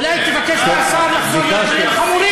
אולי תבקש מהשר לחזור מהדברים החמורים.